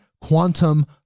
quantum